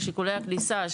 של שיקולי הכניסה,